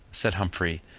said humphrey,